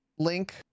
link